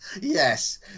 Yes